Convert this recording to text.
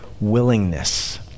willingness